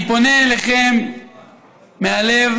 אני פונה אליכם מהלב,